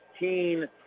16